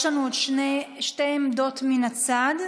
יש לנו עוד שתי עמדות מן הצד,